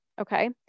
okay